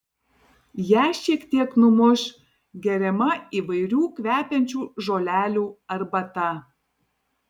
ją šiek tiek numuš geriama įvairių kvepiančių žolelių arbata